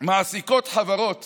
מעסיקות חברות